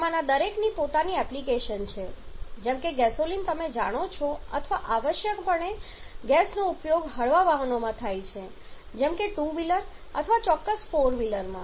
તેમાંના દરેકની પોતાની એપ્લિકેશન છે જેમ કે ગેસોલિન તમે જાણો છો અથવા આવશ્યકપણે ગેસનો ઉપયોગ હળવા વાહનોમાં થાય છે જેમ કે ટુ વ્હીલર અથવા ચોક્કસ ફોર વ્હીલરમાં